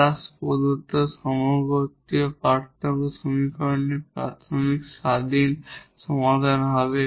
তারা প্রদত্ত সমগোত্রীয় পার্থক্য সমীকরণের প্রাথমিক ইন্ডিপেন্ডেন্ট সমাধান হবে